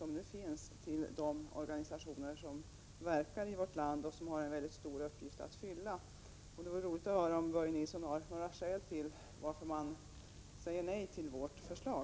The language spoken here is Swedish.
1986/87:119 finns mellan de organisationer som verkar i vårt land och som har en stor 8 maj 1987 uppgift att fylla. Det vore roligt att höra om Börje Nilsson kan ange några - SR GG Sä z Invandring m.m. skäl för att säga nej till vårt förslag.